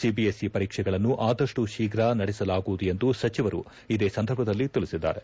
CBSE ಪರೀಕ್ಷೆಗಳನ್ನು ಆದಷ್ಟು ಶೀಘ್ರ ನಡೆಸಲಾಗುವುದು ಎಂದು ಸಚಿವರು ಇದೇ ಸಂದರ್ಭದಲ್ಲಿ ತಿಳಿಸಿದ್ದಾರೆ